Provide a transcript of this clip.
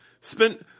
spent